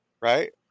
Right